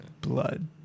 blood